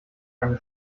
eine